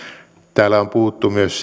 täällä on puhuttu myös